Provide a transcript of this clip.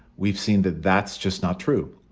we've seen that. that's just not true.